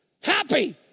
Happy